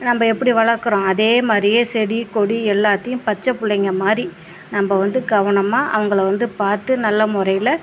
நம்ம எப்படி வளர்க்கறோம் அதே மாதிரியே செடி கொடி எல்லாத்தையும் பச்சை பிள்ளைங்க மாதிரி நம்ம வந்து கவனமாக அவங்கள வந்து பார்த்து நல்ல முறையில்